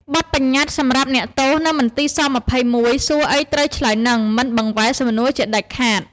បទបញ្ញត្តិ សម្រាប់អ្នកទោសនៅមន្ទីរ ស-២១ សួរអីត្រូវឆ្លើយនឹង មិនបង្វែរសំនួរជាដាច់ខាត។